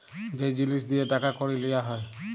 যে জিলিস দিঁয়ে টাকা কড়ি লিয়া হ্যয়